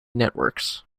networks